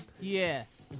Yes